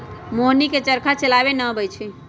मोहिनी के चरखा चलावे न अबई छई